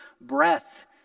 breath